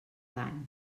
dany